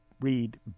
read